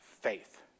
faith